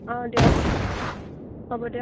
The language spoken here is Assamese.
অঁ দিয়ক হ'ব দিয়ক